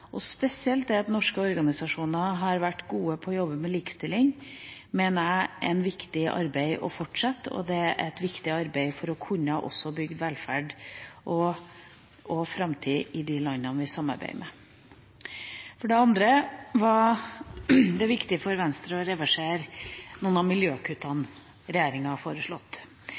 og spesielt at norske organisasjoner har vært gode på å jobbe med likestilling, mener jeg er et viktig arbeid å fortsette. Det er også et viktig arbeid for å kunne bygge velferd og framtid i de landene som vi samarbeider med. For det andre var det viktig for Venstre å reversere noen av miljøkuttene